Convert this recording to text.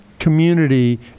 community